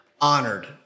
honored